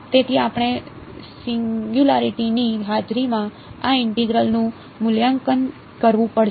તેથી આપણે સિંગયુંલારીટી ની હાજરીમાં આ ઇન્ટેગ્રલ નું મૂલ્યાંકન કરવું પડશે